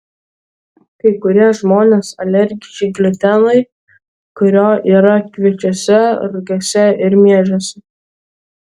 kai kurie žmonės alergiški gliutenui kurio yra kviečiuose rugiuose ir miežiuose